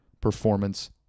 Performance